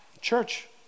Church